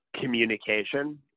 communication